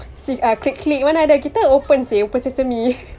seek uh clique clique mana ada kita open seh open macam ni